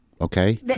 Okay